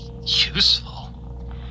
Useful